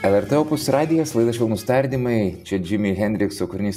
lrt opus radijas laida švelnūs tardymai čia džimi hendrikso kūrinys